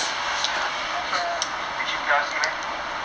你你今天回去 P_L_C meh